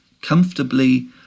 comfortably